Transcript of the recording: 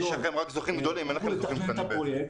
--- לתכנן את הפרויקט,